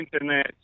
internet